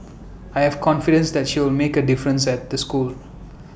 I have confidence that she'll make A difference at the school